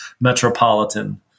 metropolitan